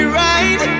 right